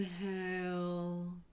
Inhale